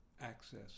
access